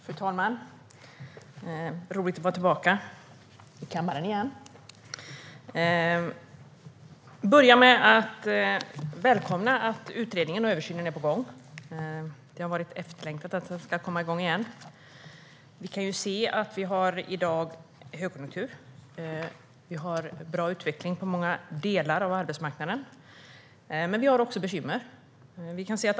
Fru talman! Det är roligt att vara tillbaka i kammaren! Jag välkomnar att utredningen och översynen är på gång. Det har varit efterlängtat att den ska komma igång igen. Vi kan se att vi i dag har högkonjunktur. Vi har bra utveckling på många delar av arbetsmarknaden. Men vi har också bekymmer.